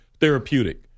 therapeutic